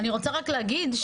אני רוצה רק להגיד,